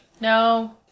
No